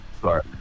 Sorry